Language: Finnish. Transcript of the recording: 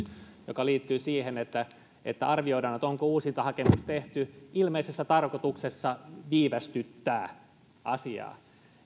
joka liittyy siihen että että arvioidaan onko uusintahakemus tehty ilmeisessä tarkoituksessa viivästyttää asiaa